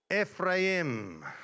Ephraim